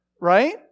right